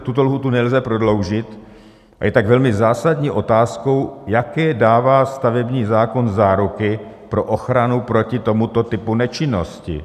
Tuto lhůtu nelze prodloužit a je tak velmi zásadní otázkou, jaké dává stavební zákon záruky pro ochranu proti tomuto typu nečinnosti.